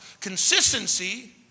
Consistency